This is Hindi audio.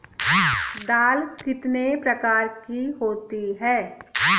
दाल कितने प्रकार की होती है?